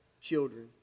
children